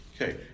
okay